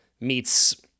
meets